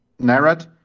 narrat